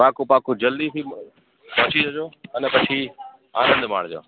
પાકું પાકું જલ્દીથી પહોંચી જજો અને પછી આનંદ માણજો